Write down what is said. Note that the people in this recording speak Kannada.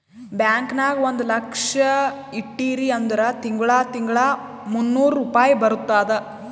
ಬ್ಯಾಂಕ್ ನಾಗ್ ಒಂದ್ ಲಕ್ಷ ಇಟ್ಟಿರಿ ಅಂದುರ್ ತಿಂಗಳಾ ತಿಂಗಳಾ ಮೂನ್ನೂರ್ ರುಪಾಯಿ ಬರ್ತುದ್